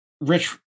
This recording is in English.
rich